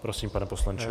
Prosím, pane poslanče.